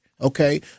Okay